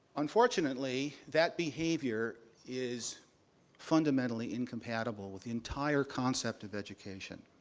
unfortunately, that behavior is fundamentally incompatible with the entire concept of education.